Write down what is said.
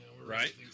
Right